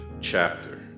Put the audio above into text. chapter